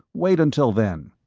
wait until then.